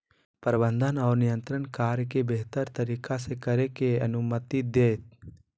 प्रबंधन और नियंत्रण कार्य के बेहतर तरीका से करे के अनुमति देतय